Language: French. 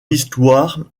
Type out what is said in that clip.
histoire